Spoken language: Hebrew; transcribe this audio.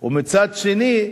ומצד שני,